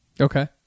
Okay